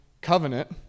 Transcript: covenant